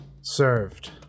served